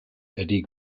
eddie